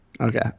Okay